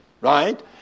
right